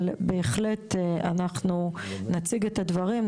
אבל בהחלט נציג את הדברים,